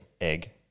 Egg